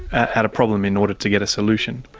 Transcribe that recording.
at a problem in order to get a solution.